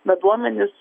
bet duomenys